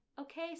okay